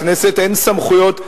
לכנסת אין סמכויות,